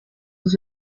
was